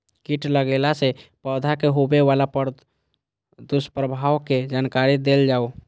कीट लगेला से पौधा के होबे वाला दुष्प्रभाव के जानकारी देल जाऊ?